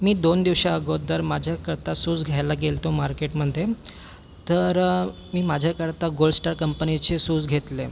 मी दोन दिवसांअगोदर माझ्याकरता सूज घ्यायला गेलो होतो मार्केटमध्ये तर मी माझ्याकरता गोल्डस्टार कंपनीचे सूज घेतले